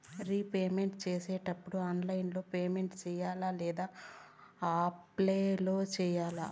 repayment సేసేటప్పుడు online లో payment సేయాలా లేదా ఆఫ్లైన్ లో సేయాలా